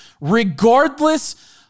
regardless